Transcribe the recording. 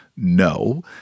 No